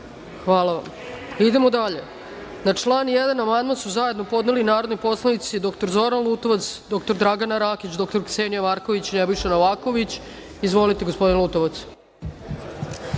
Hvala vam. Idemo dalje. Na član 1. amandman su zajedno podneli narodni poslanici dr Zoran Lutovac, dr Dragana Rakić, dr Ksenija Marković, Nebojša Novaković. Izvolite, gospodine Lutovac.